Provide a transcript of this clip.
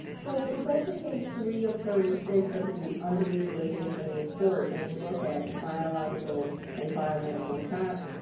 so if you go to page three of thirty six of the underutilization report and you look at biological and biomedical science,